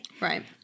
right